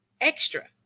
Extra